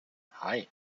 hei